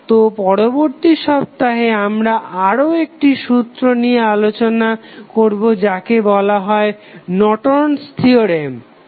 তো পরবর্তী সপ্তাহে আমরা আরও একটি সূত্র নিয়ে আলোচনা করবো যাকে বলা হয় নর্টন'স থিওরেম Nortons Theorem